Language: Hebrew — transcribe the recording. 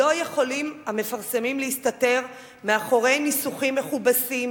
לא יכולים המפרסמים להסתתר מאחורי ניסוחים מכובסים,